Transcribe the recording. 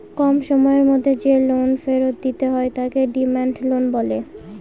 কম সময়ের মধ্যে যে লোন ফেরত দিতে হয় তাকে ডিমান্ড লোন বলে